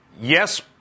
yes